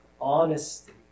honesty